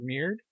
premiered